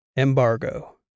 Embargo